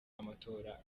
amatora